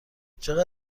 چقدر